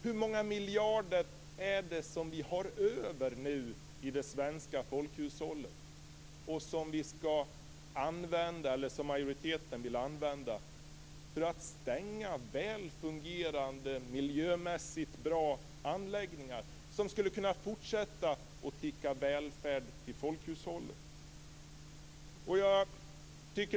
Hur många miljarder är det som vi har över i det svenska folkhushållet och som majoriteten vill använda till att stänga välfungerande och miljömässigt bra anläggningar, som skulle kunna fortsätta att ticka välfärd till folkhushållet?